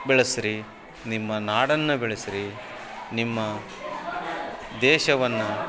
ಬೆಳೆಸ್ರಿ ನಿಮ್ಮ ನಾಡನ್ನು ಬೆಳೆಸ್ರಿ ನಿಮ್ಮ ದೇಶವನ್ನು